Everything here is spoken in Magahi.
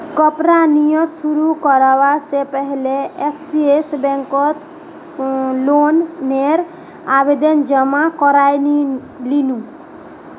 कपड़ा निर्यात शुरू करवा से पहले एक्सिस बैंक कोत लोन नेर आवेदन जमा कोरयांईल नू